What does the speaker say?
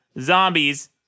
zombies